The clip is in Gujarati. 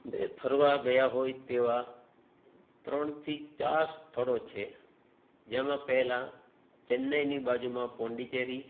અમે ફરવા ગયા હોઇ તેવા ત્રણથી ચાર સ્થળો છે જેમાં પહેલા ચેન્નઈની બાજુમાં પોંડિચેરી